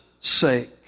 sake